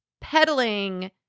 peddling